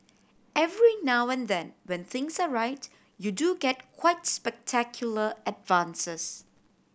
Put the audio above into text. every now and then when things are right you do get quite spectacular advances